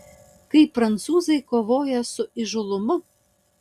kaip prancūzai kovoja su įžūlumu